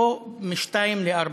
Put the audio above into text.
פה בין 14:00 ל-16:00,